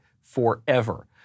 forever